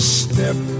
step